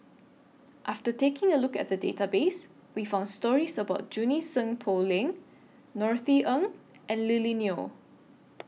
after taking A Look At The Database We found stories about Junie Sng Poh Leng Norothy Ng and Lily Neo